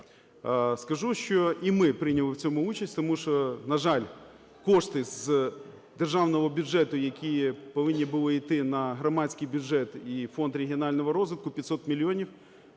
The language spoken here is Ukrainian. Скажу, що і ми прийняли в цьому участь. Тому що, на жаль, кошти з державного бюджету, які повинні були йти на громадський бюджет і фонд регіонального розвитку, 500 мільйонів,